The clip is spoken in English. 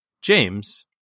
James